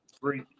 three